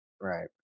Right